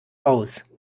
aus